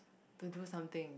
to do something